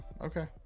okay